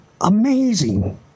Amazing